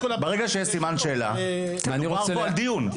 ברגע שיש סימן שאלה ואני רוצה --- מדובר פה על דיון.